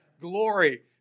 glory